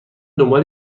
دنبال